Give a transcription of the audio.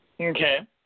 Okay